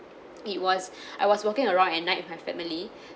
it was I was walking around at night with my family